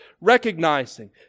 Recognizing